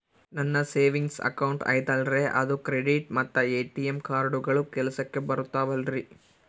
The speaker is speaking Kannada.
ನನ್ನ ಸೇವಿಂಗ್ಸ್ ಅಕೌಂಟ್ ಐತಲ್ರೇ ಅದು ಕ್ರೆಡಿಟ್ ಮತ್ತ ಎ.ಟಿ.ಎಂ ಕಾರ್ಡುಗಳು ಕೆಲಸಕ್ಕೆ ಬರುತ್ತಾವಲ್ರಿ?